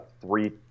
three